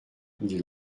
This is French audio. dit